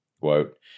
quote